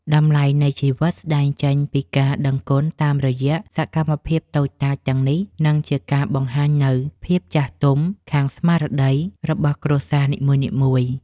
តម្លៃនៃជីវិតស្តែងចេញពីការដឹងគុណតាមរយៈសកម្មភាពតូចតាចទាំងនេះ និងជាការបង្ហាញនូវភាពចាស់ទុំខាងស្មារតីរបស់គ្រួសារនីមួយៗ។